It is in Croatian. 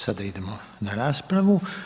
Sada idemo na raspravu.